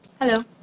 Hello